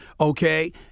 okay